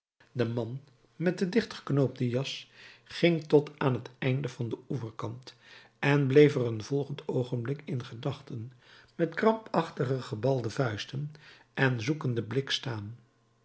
de man met de dichtgeknoopte jas ging tot aan het einde van den oeverkant en bleef er een oogenblik in gedachten met krampachtig gebalde vuisten en zoekenden blik staan